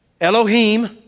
Elohim